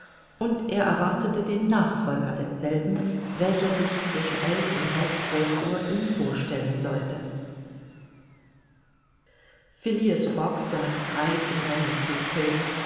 und er erwartete den nachfolger desselben welcher sich zwischen elf und halb zwölf uhr ihm vorstellen sollte jean passepartout phileas fogg saß breit in seinem fauteuil